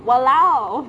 !walao!